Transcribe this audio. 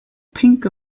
pink